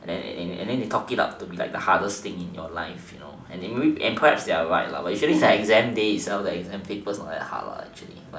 and then and then they talk it out to be the hardest thing in your life you know and perhaps they are right lah on the exam days the exam papers are not that hard lah actually